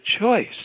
choice